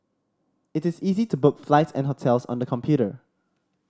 it is easy to book flights and hotels on the computer